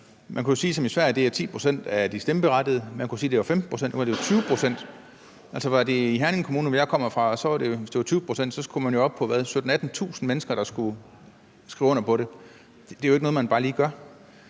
Man kunne sige som i Sverige, at det er 10 pct. af de stemmeberettigede; man kunne sige, at det var 15 pct. eller 20 pct. Var det i Herning Kommune, hvor jeg kommer fra, og det var 20 pct., skulle man jo op på 17.000-18.000 mennesker, der skulle skrive under. Det er jo ikke noget, man bare lige gør.